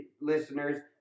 listeners